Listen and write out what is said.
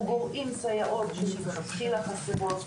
אנחנו גורעים סייעות, שמלכתחילה חסרות.